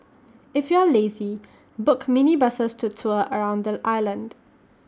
if you are lazy book minibuses to tour around the island